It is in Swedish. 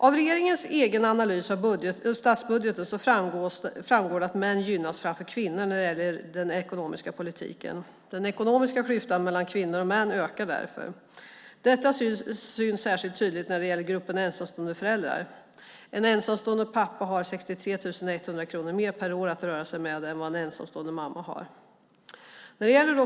Av regeringens egen analys av statsbudgeten framgår det att män gynnas framför kvinnor av den ekonomiska politiken. Den ekonomiska klyftan mellan kvinnor och män ökar därför. Detta syns särskilt tydligt i gruppen ensamstående föräldrar. En ensamstående pappa har 63 100 kronor mer per år att röra sig med än vad en ensamstående mamma har.